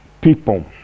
people